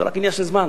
זה רק עניין של זמן.